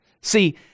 See